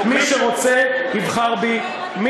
כמו שלא יקום התאגיד?